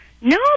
No